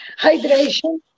hydration